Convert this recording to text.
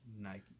Nike